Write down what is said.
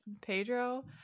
Pedro